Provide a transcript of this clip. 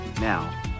Now